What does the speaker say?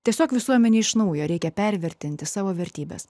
tiesiog visuomenėje iš naujo reikia pervertinti savo vertybes